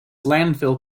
landfill